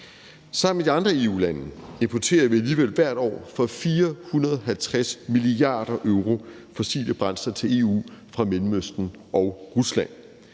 Sammen med de andre EU-lande importerer vi alligevel hvert år for 450 mia. euro fossile brændsler til EU fra Mellemøsten og Rusland.